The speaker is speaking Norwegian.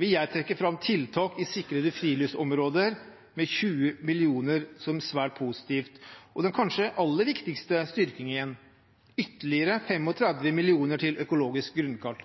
vil jeg trekke fram tiltak i sikrede friluftsområder med 20 mill. kr som svært positivt og – den kanskje aller viktigste styrkingen – ytterligere 35 mill. kr til økologisk grunnkart.